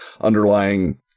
underlying